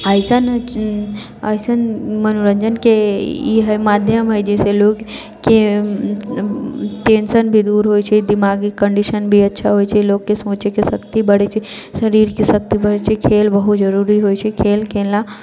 ऐसन ऐसन मनोरञ्जनके ई हइ माध्यम हइ जैसे लोगके के टेन्शन भी दूर होइत छै दिमागी कंडिशन भी अच्छा होइत छै लोगके सोचयके शक्ति बढ़ैत छै शरीरके शक्ति बढ़ैत छै खेल बहुत जरूरी होइत छै खेल खेलला